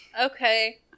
okay